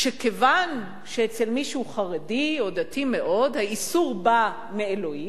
שכיוון שאצל מי שהוא חרדי או דתי מאוד האיסור בא מאלוקים,